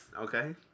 Okay